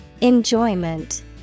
Enjoyment